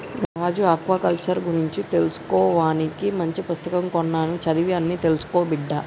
రాజు aquaculture గురించి తెలుసుకోవానికి మంచి పుస్తకం కొన్నాను చదివి అన్ని తెలుసుకో బిడ్డా